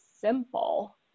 simple